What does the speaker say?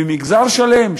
ומגזר שלם,